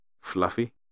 Fluffy